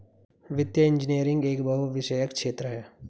वित्तीय इंजीनियरिंग एक बहुविषयक क्षेत्र है